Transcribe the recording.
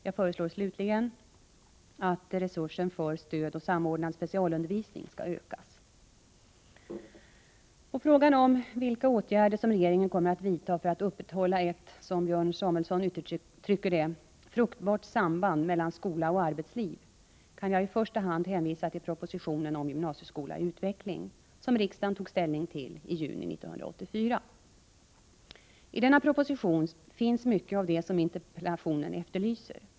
Jag föreslår slutligen att resursen för stödoch samordnad specialundervisning skall ökas. På frågan om vilka åtgärder som regeringen kommer att vidta för att upprätthålla ett, som Björn Samuelson uttrycker det, ”fruktbart samband mellan skola och arbetsliv” kan jag i första hand hänvisa till propositionen om gymnasieskola i utveckling, som riksdagen tog ställning till i juni 1984. I denna proposition finns mycket av det som interpellationen efterlyser.